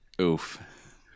oof